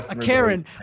Karen